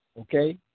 okay